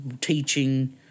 teaching